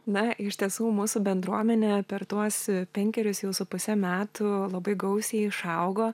na iš tiesų mūsų bendruomenė per tuos penkerius jau su puse metų labai gausiai išaugo